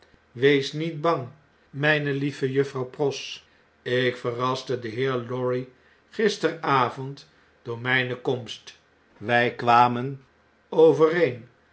wees niet bang mijne lieve juffrouw pross ik verraste den heer lorry gisteravond door mijne komst wy kwamen overeen